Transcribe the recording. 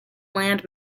land